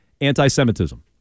anti-Semitism